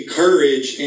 courage